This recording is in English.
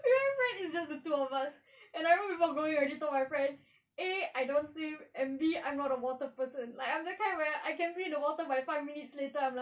with my friend it's just the two of us and I remember before going I already told my friend A I don't swim and B I'm not a water person like I'm the kind where I can in the water but five minutes later I'm like